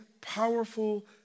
powerful